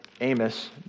Amos